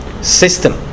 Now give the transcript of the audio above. system